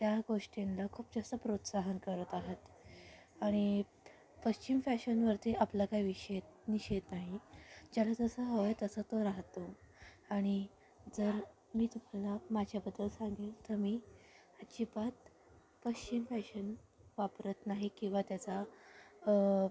त्या गोष्टींना खूप जास्त प्रोत्साहन करत आहेत आणि पश्चिम फॅशनवरती आपला काही विषय निषेध नाही ज्याला जसं हवं आहे तसा तो राहतो आणि जर मी तुम्हाला माझ्याबद्दल सांगेल तं मी अजिबात पश्चिम फॅशन वापरत नाही किंवा त्याचा